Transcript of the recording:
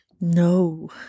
No